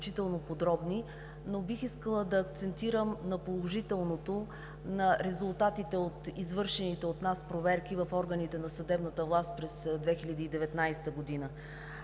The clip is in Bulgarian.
но бих искала да акцентирам на положителното, на резултатите от извършените от нас проверки в органите на съдебната власт през 2019 г.